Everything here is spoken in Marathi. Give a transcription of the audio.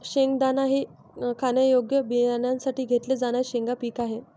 शेंगदाणा हे खाण्यायोग्य बियाण्यांसाठी घेतले जाणारे शेंगा पीक आहे